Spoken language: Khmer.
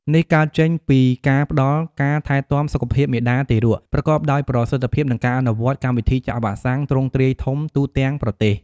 នេះកើតចេញពីការផ្តល់ការថែទាំសុខភាពមាតា-ទារកប្រកបដោយប្រសិទ្ធភាព និងការអនុវត្តកម្មវិធីចាក់វ៉ាក់សាំងទ្រង់ទ្រាយធំទូទាំងប្រទេស។